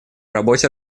работе